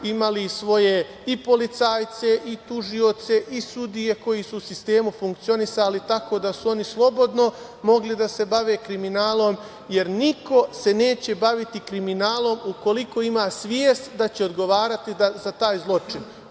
Imali su svoje i policajce i tužioce i sudije koji su u sistemu funkcionisali tako da su oni slobodno mogli da se bave kriminalom, jer se niko neće baviti kriminalom ukoliko ima svest da će odgovarati za taj zločin.